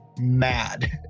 mad